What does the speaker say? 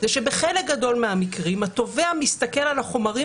שבחלק גדול מהמקרים התובע מסתכל על החומרים